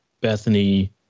Bethany